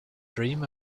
dream